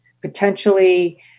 potentially